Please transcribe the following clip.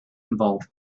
involve